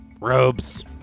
robes